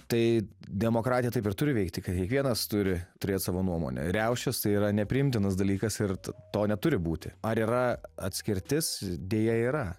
tai demokratija taip ir turi veikti kai kiekvienas turi turėt savo nuomonę riaušės tai yra nepriimtinas dalykas ir to neturi būti ar yra atskirtis deja yra